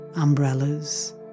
umbrellas